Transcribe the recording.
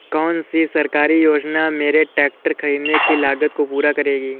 कौन सी सरकारी योजना मेरे ट्रैक्टर ख़रीदने की लागत को पूरा करेगी?